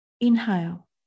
inhale